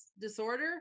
disorder